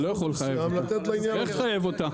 אתה לא יכול לחייב אותה, איך תחייב אותה?